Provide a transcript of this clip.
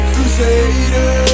Crusaders